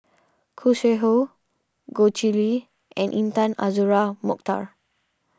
Khoo Sui Hoe Goh Chiew Lye and Intan Azura Mokhtar